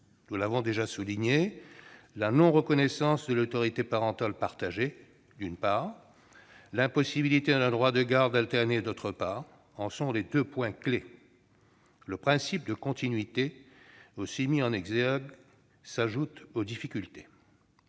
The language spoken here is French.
Nous l'avons déjà souligné, la non-reconnaissance de l'autorité parentale partagée, d'une part, l'impossibilité d'un droit de garde alternée, d'autre part, en sont les deux points clés. Le principe de continuité, aussi mis en exergue, s'ajoute aux difficultés.